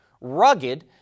rugged